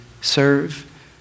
serve